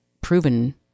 proven